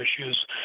issues